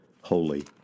holy